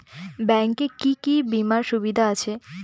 Bank এ কি কী বীমার সুবিধা আছে?